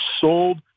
sold